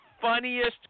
funniest